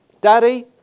Daddy